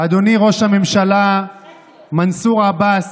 אדוני ראש הממשלה מנסור עבאס,